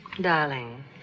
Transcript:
Darling